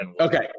Okay